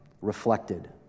Reflected